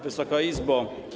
Wysoka Izbo!